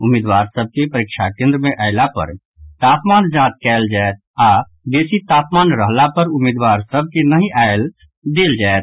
उम्मीदवार सभक परीक्षा केन्द्र मे अयला पर तापमान जांच कलय जायत आओर बेसी तापमान रहलाह पर उम्मीदवार सभ के नहि आयल देल जायत